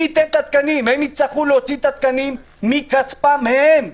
הם יצטרכו להוציא את התקנים מכספם הם.